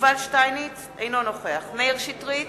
יובל שטייניץ, אינו נוכח מאיר שטרית,